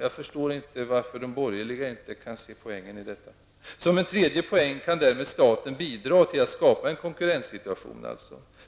Jag förstår inte varför de borgeliga inte kan se poängen i detta. Som en tredje poäng kan därmed staten bidra till att skapa en konkurrenssituation.